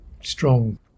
strong